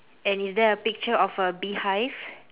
and is there a picture of a beehive